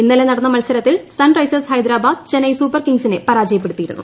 ഇന്നലെ നടന്ന മത്സരത്തിൽ സൺറൈസേഴ്സ് ഹൈദരാബാദ് ചെന്നൈ സൂപ്പർ കിങ്സിനെ പരാജയപ്പെടുത്തിയിരുന്നു